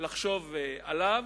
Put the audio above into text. לחשוב עליו,